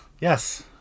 yes